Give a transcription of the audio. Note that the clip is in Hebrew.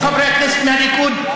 כמו חברי הכנסת מהליכוד,